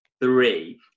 three